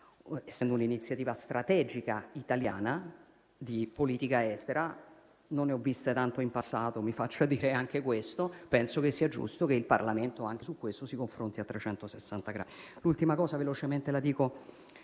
Essendo un'iniziativa strategica italiana di politica estera (non ne ho viste tante in passato, mi faccia dire anche questo), penso che sia giusto che il Parlamento anche su questo si confronti a 360 gradi. L'ultima cosa velocemente la dico